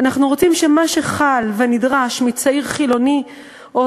אנחנו רוצים שמה שחל ונדרש מצעיר חילוני או